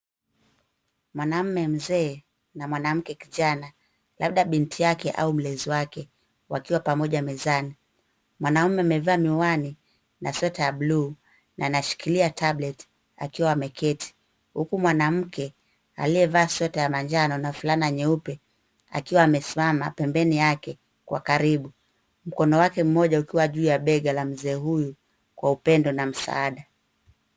Mwanaume mzee na mwanamke kijana labda binti yake au mlezi wake, wakiwa pamoja mezani. Mwanaume amevaa miwani na sweater ya bluu na anashikilia tablet akiwa ameketi, huku mwanamke aliyevaa sweater ya manjano na fulana nyeupe akiwa amesimama pembeni yake kwa karibu, mkono wake mmoja ukiwa juu ya bega la mzee huyu kwa upendo na msaada.